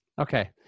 Okay